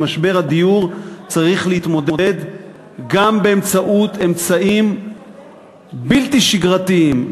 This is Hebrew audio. עם משבר הדיור צריך להתמודד גם באמצעות אמצעים בלתי שגרתיים,